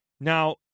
Now